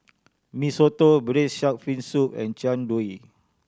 Mee Soto Braised Shark Fin Soup and Jian Dui